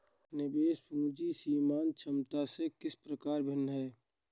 निवेश पूंजी सीमांत क्षमता से किस प्रकार भिन्न है?